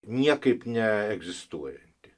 niekaip neegzistuojanti